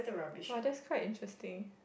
!wah! that's quite interesting